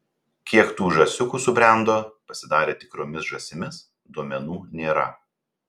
kiek tų žąsiukų subrendo pasidarė tikromis žąsimis duomenų nėra